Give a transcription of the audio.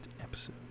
episode